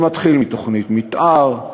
זה מתחיל בתוכנית מתאר,